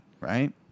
right